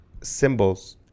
Symbols